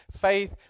faith